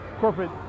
corporate